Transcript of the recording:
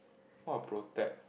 what protect